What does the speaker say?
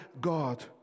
God